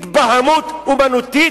התבהמות אמנותית?